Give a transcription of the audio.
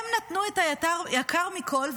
הם נתנו את היקר מכול,